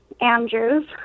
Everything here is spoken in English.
Andrews